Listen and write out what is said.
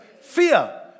fear